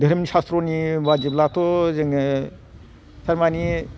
धोरोम सासत्रनि बादिब्लाथ' जोङो थारमानि